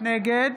נגד